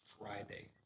Friday